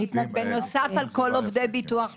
בנוסף על כל עובדי ביטוח לאומי,